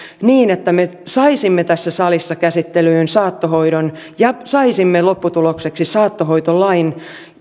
niin että me saisimme tässä salissa käsittelyyn saattohoidon ja saisimme lopputulokseksi saattohoitolain